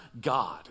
God